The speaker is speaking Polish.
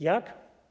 Jak?